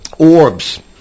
Orbs